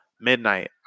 Midnight